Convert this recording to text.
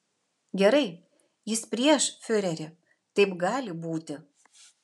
gerai jis prieš fiurerį taip gali būti